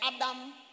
Adam